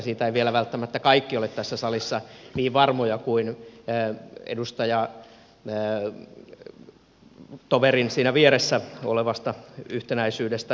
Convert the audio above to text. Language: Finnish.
siitä eivät vielä välttämättä kaikki ole tässä salissa niin varmoja yhtenäisyydestä siinä vieressä olevan edustajatoverin kanssa